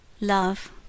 Love